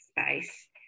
space